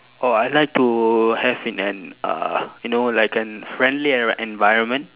oh I like to have in an uh you know like an friendly en~ environment